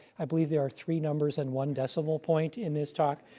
i believe there are three numbers and one decimal point in this talk.